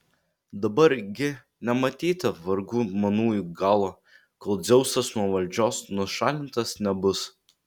dabar gi nematyti vargų manųjų galo kol dzeusas nuo valdžios nušalintas nebus